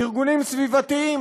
ארגונים סביבתיים,